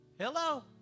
Hello